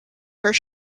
where